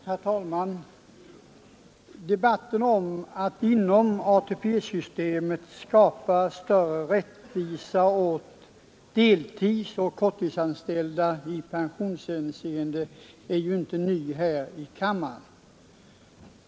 Herr talman! Debatten om att inom ATP-systemet skapa större rättvisa åt deltidsoch korttidsanställda i pensionshänseende är inte ny här i kammaren.